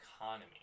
economy